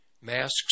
masks